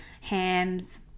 hams